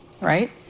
right